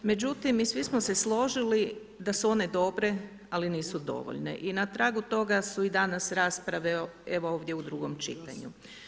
Međutim i svi smo se složili da su one dobre ali nisu dovoljne i na tragu toga su i danas rasprave evo ovdje u drugom čitanju.